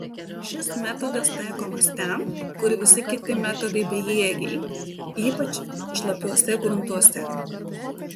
šis metodas taikomas ten kur visi kiti metodai bejėgiai ypač šlapiuose gruntuose